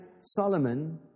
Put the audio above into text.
Solomon